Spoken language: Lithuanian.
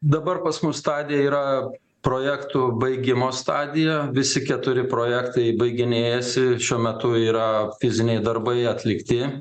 dabar pas mus stadija yra projektų baigimo stadija visi keturi projektai baiginėjasi šiuo metu yra fiziniai darbai atlikti